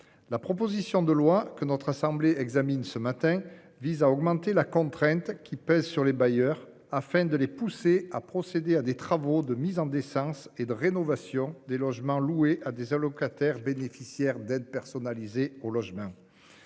la proposition de loi que notre assemblée examine ce matin vise à augmenter la contrainte qui pèse sur les bailleurs, afin de les inciter à procéder aux travaux de mise en décence et de rénovation des logements loués à des allocataires d'aides personnelles au logement.